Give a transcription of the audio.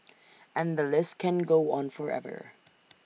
and the list can go on forever